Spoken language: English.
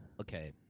okay